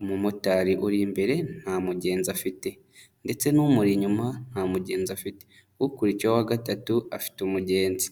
umumotari uri imbere nta mugenzi afite ndetse n'umuri inyuma nta mugenzi afite. Ukurikiyeho wa gatatu afite umugenzi.